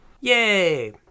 Yay